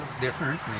different